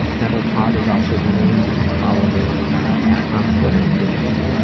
mentalpod is also the name you can follow me at on twitter if you,